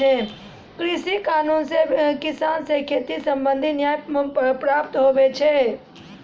कृषि कानून से किसान से खेती संबंधित न्याय प्राप्त हुवै छै